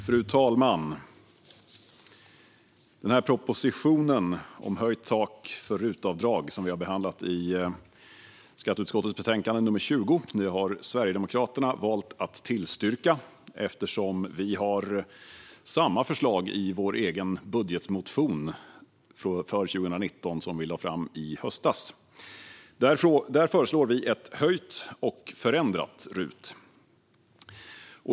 Fru talman! Propositionen om höjt tak för RUT-avdrag, som vi har behandlat i skatteutskottets betänkande nr 20, har Sverigedemokraterna valt att tillstyrka eftersom vi har samma förslag i vår egen budgetmotion för 2019, som vi lade fram i höstas. Där föreslår vi ett höjt och förändrat RUT.